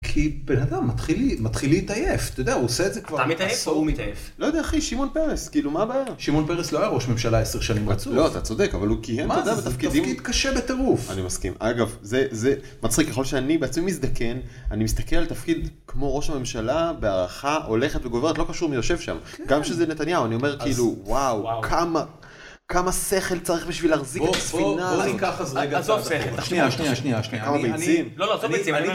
כי בן אדם מתחיל להתעייף, אתה יודע, הוא עושה את זה כבר. אתה מתעייף או הוא מתעייף? לא יודע, אחי, שמעון פרס, כאילו, מה הבעיה? שמעון פרס לא היה ראש ממשלה עשר שנים רצוף. לא, אתה צודק, אבל הוא כיהן באותם תפקידים... זה תפקיד קשה בטירוף. אני מסכים. אגב, זה מצחיק. ככל שאני בעצמי מזדקן, אני מסתכל על תפקיד כמו ראש הממשלה, בהערכה הולכת וגוברת, לא קשור מי יושב שם. גם שזה נתניהו, אני אומר, כאילו, וואו, כמה, כמה שכל צריך בשביל להחזיק את הספינה הזו. בוא ניקח אז רגע, עזוב שכל, שנייה שנייה, או ביצים